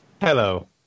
Hello